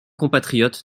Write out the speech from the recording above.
compatriotes